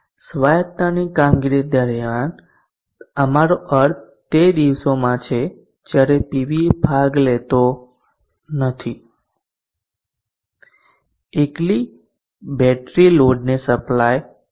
સ્વાયત્તતાની કામગીરી દ્વારા અમારો અર્થ તે દિવસોમાં છે જ્યારે પીવી ભાગ લેતો નથી એકલી બેટરી લોડને સપ્લાય કરશે